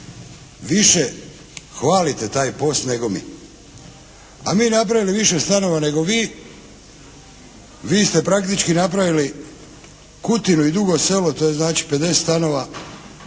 više hvalite taj POS nego mi, a mi napravili više stanova nego vi. Vi ste praktički napravili Kutinu i Dugo Selo, to je znači 50 stanova,